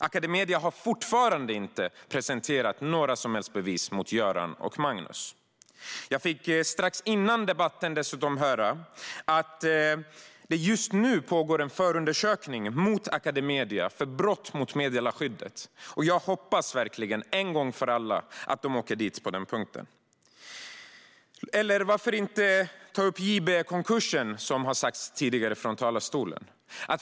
Academedia har fortfarande inte presenterat några som helst bevis mot Göran och Magnus. Strax före debatten fick jag dessutom höra att det just nu pågår en förundersökning mot Academedia för brott mot meddelarskyddet, och jag hoppas verkligen att de en gång för alla åker dit på den punkten. Eller varför inte ta upp JB-konkursen, som har nämnts tidigare i talarstolen.